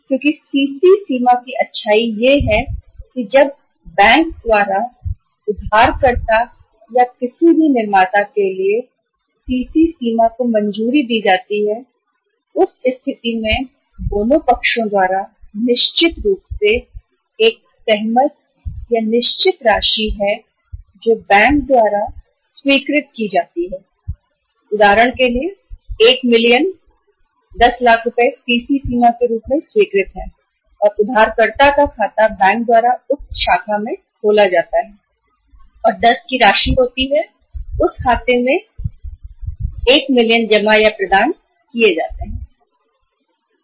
क्योंकि CC सीमा की सुंदरता यह है कि जब बैंक द्वारा CC सीमा को मंजूरी दी जाती है उधारकर्ता या किसी भी निर्माता के लिए उस स्थिति में दोनों पक्षों द्वारा निश्चित रूप से सहमत एक निश्चित राशि बैंक द्वारा स्वीकृत है उदाहरण के लिए 1 मिलियन 10 लाख रुपये सीसी सीमा के रूप में स्वीकृत हैं और उधारकर्ता का खाता बैंक द्वारा उक्त शाखा में खोला जाता है और 10 की राशि होती है उस खाते में लाख 1 मिलियन जमा या प्रदान किए जाते हैं